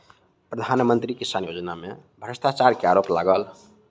प्रधान मंत्री किसान योजना में भ्रष्टाचार के आरोप लागल